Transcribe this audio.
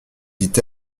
dit